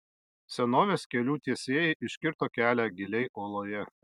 senovės kelių tiesėjai iškirto kelią giliai uoloje